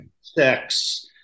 sex